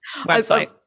website